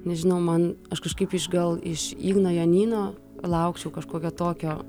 nežinau man aš kažkaip iš gal iš igno jonyno laukčiau kažkokio tokio